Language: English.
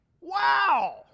Wow